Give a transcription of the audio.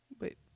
Wait